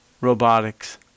Robotics